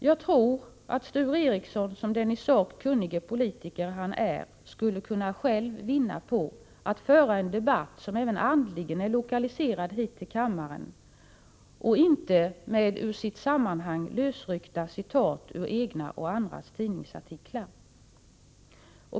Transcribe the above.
Jag tror att Sture Ericson, som den i sak kunnige politiker han är, själv skulle vinna på att föra en debatt som även andligen är lokaliserad hit till kammaren och inte med ur sitt sammanhang lösryckta citat ur egna och andras tidningsartiklar.